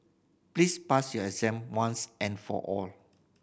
please pass your exam once and for all